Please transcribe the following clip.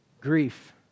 grief